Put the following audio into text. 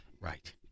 Right